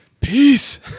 Peace